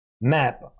map